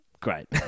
Great